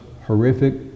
horrific